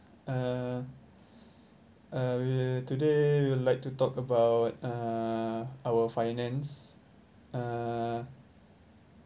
uh uh we'll today we'll like to talk about uh our finance uh